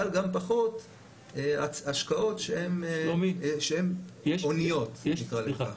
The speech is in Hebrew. אבל גם פחות השקעות שהן הוניות נקרא לזה.